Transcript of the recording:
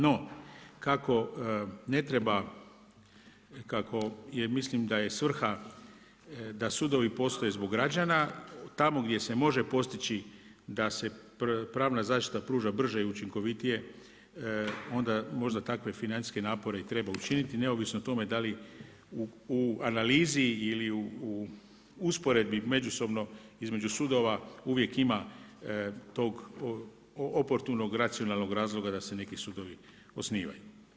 No kako mislim da je svrha da sudovi postoje zbog građana, tamo gdje se može postići da se pravna zaštita pruža brže i učinkovitije onda možda takve financijske napore i treba učiniti, neovisno o tome da li u analizi ili u usporedbi međusobno između sudova uvijek ima toga oportunog racionalnog razloga da se neki sudovi osnivaju.